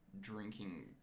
Drinking